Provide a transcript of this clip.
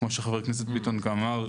כמו שחבר הכנסת ביטון גם אמר,